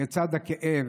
לצד הכאב